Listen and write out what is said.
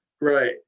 Right